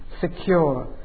secure